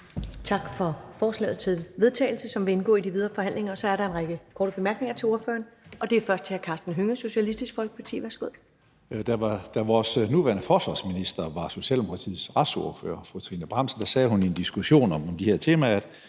Tak for forslaget til vedtagelse, som vil indgå i de videre forhandlinger. Så er der en række korte bemærkninger til ordføreren, og det er først hr. Karsten Hønge, Socialistisk Folkeparti. Værsgo. Kl. 13:47 Karsten Hønge (SF): Da vores nuværende forsvarsminister var Socialdemokratiets retsordfører, sagde hun i en diskussion om de her temaer: